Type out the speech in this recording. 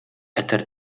eter